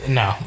no